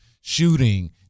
shooting